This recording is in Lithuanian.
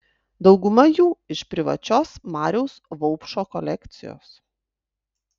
dauguma jų iš privačios mariaus vaupšo kolekcijos